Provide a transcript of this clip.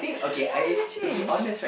why would you change